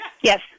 Yes